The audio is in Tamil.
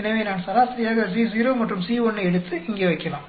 எனவே நான் சராசரியாக Co மற்றும் C 1 ஐ எடுத்து இங்கே வைக்கலாம்